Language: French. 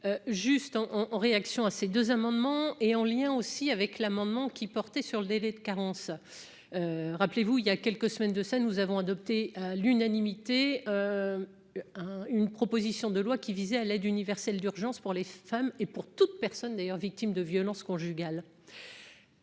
juste en en réaction à ces deux amendements et en lien aussi avec l'amendement qui portait sur le délai de carence, rappelez-vous, il y a quelques semaines de ça nous avons adopté à l'unanimité un une proposition de loi qui visait à l'aide universelle d'urgence pour les femmes et pour toute personne d'ailleurs, victimes de violences conjugales,